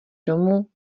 domů